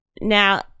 Now